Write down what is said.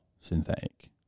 synthetic